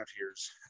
years